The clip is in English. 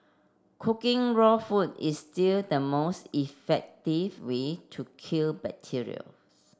cooking raw food is still the most effective way to kill bacteria